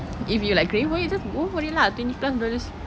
if you like craving for it just go for it lah twenty plus dollars